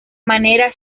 manera